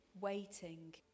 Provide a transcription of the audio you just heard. waiting